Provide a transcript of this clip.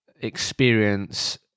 experience